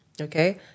okay